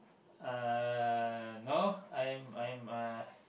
uh no I am I am a